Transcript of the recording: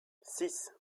six